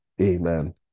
Amen